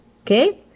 okay